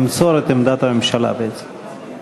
למסור את עמדת הממשלה בעצם.